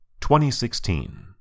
2016